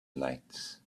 lights